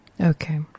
Okay